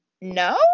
no